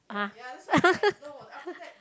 !huh!